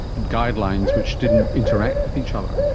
guidelines which didn't interact with each other.